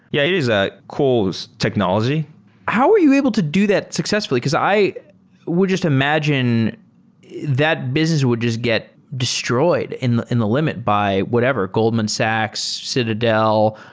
yeah, it is a cool technology how were you able to do that successfully? because i would just imagine that business would just get destroyed in the in the limit by whatever, goldman sachs, citadel,